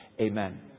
Amen